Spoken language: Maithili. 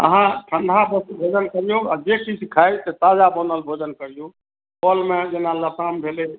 अहाँ ठंडा वस्तु भोजन करियौ आ जे किछु खाइ से ताजा बनल भोजन करियौ फलमे जेना लताम भेलै